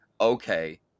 okay